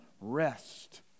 rest